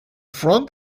front